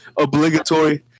obligatory